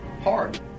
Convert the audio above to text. hard